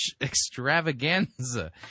Extravaganza